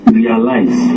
realize